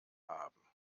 haben